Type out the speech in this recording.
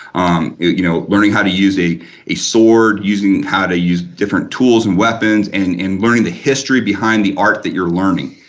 um you know learning how to use a a sword, using how to use different tools and weapons, and learning the history behind the art that you're learning.